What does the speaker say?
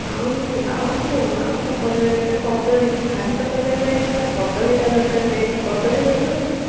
ଆଉ ଆଉ କ'ଣ ଆଉ କ'ଣ ପରିବା ରହିଲା କଦଳୀ ଘାଣ୍ଟ ତରକାରୀ ପାଇଁ ପରା କଦଳୀଟା ଦରକାର ମେନ୍ କଦଳୀ ଗଛ ଅଛି